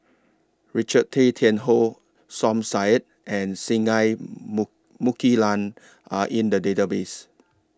Richard Tay Tian Hoe Som Said and Singai Mukilan Are in The Database